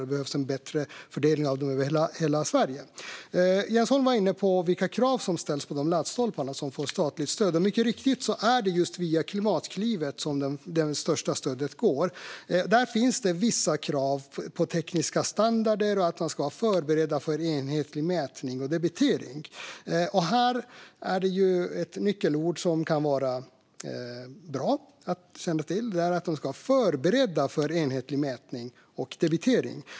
Det behövs också en bättre fördelning över hela Sverige. Jens Holm var inne på vilka krav som ställs på de laddstolpar som satts upp med statligt stöd. Mycket riktigt går det största stödet just via Klimatklivet. Där finns det vissa krav på tekniska standarder och att stolparna ska vara förberedda för enhetlig mätning och debitering. Ett nyckelord som kan vara bra att känna till är alltså att de ska vara förberedda för enhetlig mätning och debitering.